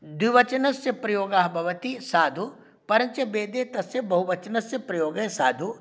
द्विवचनस्य प्रयोगः भवति साधु परञ्च वेदे तस्य बहुवचनस्य प्रयोगे साधु